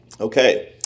Okay